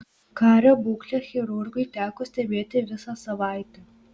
kario būklę chirurgui teko stebėti visą savaitę